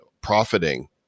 profiting